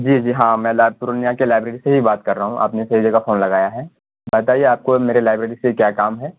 جی جی ہاں میں پورنیہ کی لائیبریری سے ہی بات کر رہا ہوں آپ نے صحیح جگہ فون لگایا ہے بتائیے آپ کو میرے لائیبریری سے کیا کام ہے